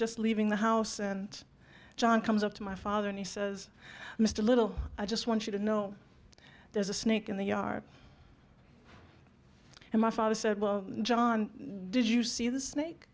just leaving the house and john comes up to my father and he says mr little i just want you to know there's a snake in the yard and my father said john did you see the snake